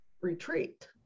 retreat